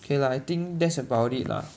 okay lah I think that's about it lah